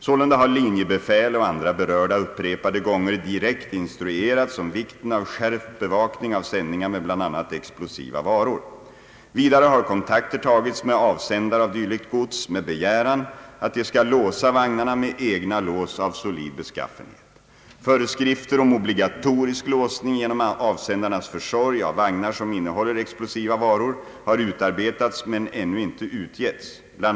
Sålunda har linjebefäl och andra berörda upp repade gånger direkt instruerats om vikten av skärpt bevakning av sändningar med bl.a. explosiva varor. Vidare har kontakter tagits med avsändare av dylikt gods med begäran att de skall låsa vagnarna med egna lås av solid beskaffenhet. Föreskrifter om obligatorisk låsning genom avsändarnas försorg av vagnar som innehåller explosiva varor har utarbetats men ännu inte utgetts. Bl.